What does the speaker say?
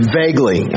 vaguely